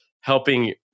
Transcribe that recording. helping